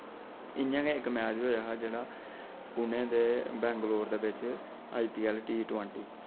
इ'यां गै इक मैच होआ हा जेह्ड़ा पुणे दे बैंगलोर दे बिच I P L T twenty